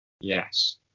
Yes